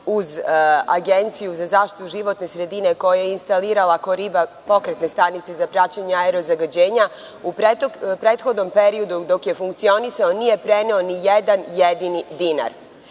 uz Agenciju za zaštitu životne sredine, koja je instalira „Horiba“ pokretne stanice za praćenje aerozagađenja, u prethodnom periodu dok je funkcionisao nije preneo ni jedan jedini dinar. Pare